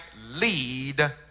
lead